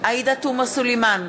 עאידה תומא סלימאן,